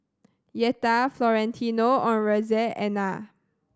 Yetta Florentino on Roseanna